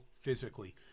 physically